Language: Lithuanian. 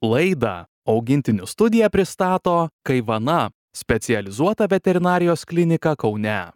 laidą augintinių studija pristato kaivana specializuoaą veterinarijos kliniką kaune